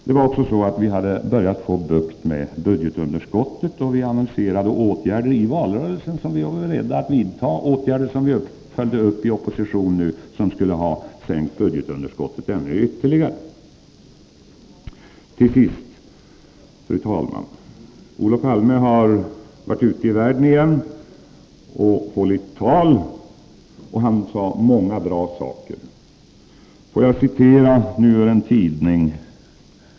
Vi hade också börjat få bukt med budgetunderskottet, och vi annonserade i valrörelsen åtgärder som vi var beredda att vidta, åtgärder som vi senare föreslagit i opposition och som skulle ha sänkt budgetunderskottet ytterligare. Till sist, fru talman! Olof Palme har varit ute i världen igen och hållit tal, och han sade många bra saker. Får jag citera ur en tidning.